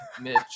Mitch